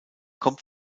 kommt